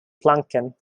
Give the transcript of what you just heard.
planking